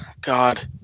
God